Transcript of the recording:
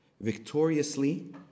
victoriously